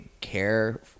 care